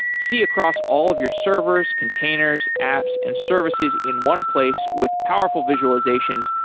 see across all of your servers, containers, apps and services in one place with powerful visualizations,